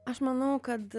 aš manau kad